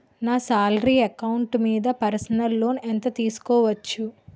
నా salary account మీద personal loan ఎంత తీసుకోవచ్చు?